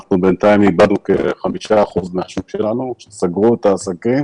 אנחנו בינתיים איבדנו כחמישה אחוזים מהשוק שלנו שסגרו להם את העסקים